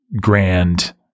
grand